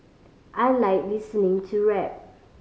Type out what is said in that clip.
I like listening to rap